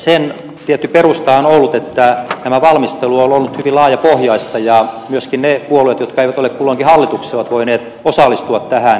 sen tietty perusta on ollut että valmistelu on ollut hyvin laajapohjaista ja myöskin ne puolueet jotka eivät ole kulloinkin hallituksessa ovat voineet osallistua tähän